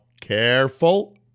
Careful